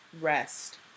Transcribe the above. Rest